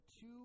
two